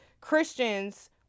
Christians